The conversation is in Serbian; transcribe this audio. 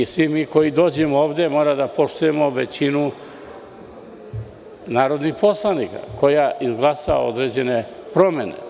Svi mi koji dođemo ovde moramo da poštujemo većinu narodnih poslanik koja izglasa određene promene.